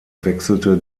wechselte